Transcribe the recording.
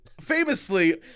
famously